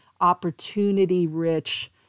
opportunity-rich